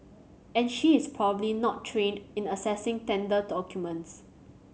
and she is probably not trained in assessing tender documents